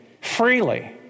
freely